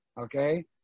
okay